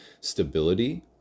stability